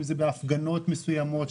אם זה בהפגנות מסוימות.